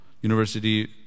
University